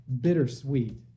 bittersweet